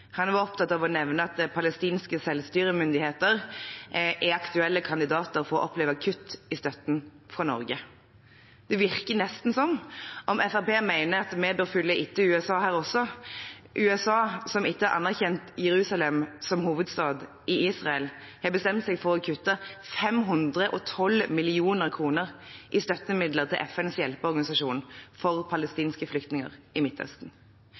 Han var opptatt av å nevne at palestinske selvstyremyndigheter er aktuelle kandidater for å oppleve kutt i støtten fra Norge. Det virker nesten som om Fremskrittspartiet mener vi bør følge etter USA her også – USA som etter å ha anerkjent Jerusalem som hovedstad i Israel, har bestemt seg for å kutte 512 mill. kr i støttemidler til FNs hjelpeorganisasjon for palestinske flyktninger i Midtøsten.